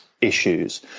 issues